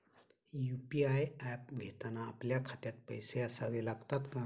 UPI app घेताना आपल्या खात्यात पैसे असावे लागतात का?